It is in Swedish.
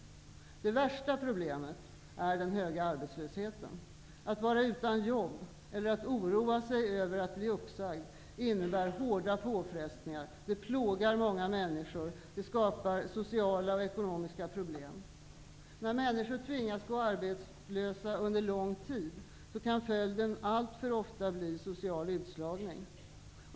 Det värsta problemet är den höga arbetslösheten. Att vara utan jobb eller att oroa sig över att bli uppsagd innebär hårda påfrestningar. Det plågar många människor, och det skapar sociala och ekonomiska problem. När människor tvingas gå arbetslösa under lång tid kan följden alltför ofta bli social utslagning.